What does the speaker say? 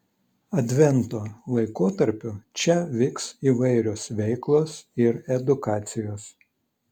advento laikotarpiu čia vyks įvairios veiklos ir edukacijos